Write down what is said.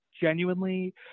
genuinely